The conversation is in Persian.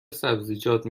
سبزیجات